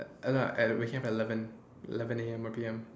I don't know I like waking up at like eleven eleven A_M or P_M